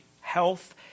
health